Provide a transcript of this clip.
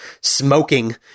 smoking